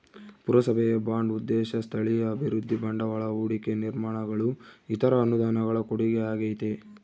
ಪುರಸಭೆಯ ಬಾಂಡ್ ಉದ್ದೇಶ ಸ್ಥಳೀಯ ಅಭಿವೃದ್ಧಿ ಬಂಡವಾಳ ಹೂಡಿಕೆ ನಿರ್ಮಾಣಗಳು ಇತರ ಅನುದಾನಗಳ ಕೊಡುಗೆಯಾಗೈತೆ